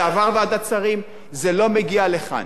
זה עבר ועדת שרים וזה לא מגיע לכאן.